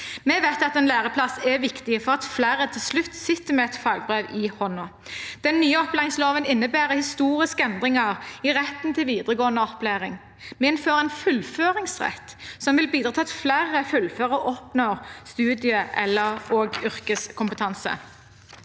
Vi vet at en læreplass er viktig for at flere til slutt sitter med et fagbrev i hånden. Den nye opplæringsloven innebærer historiske endringer i retten til videregående opplæring. Vi innfører en fullføringsrett, som vil bidra til at flere fullfører og oppnår studie- og/eller yrkeskompetanse.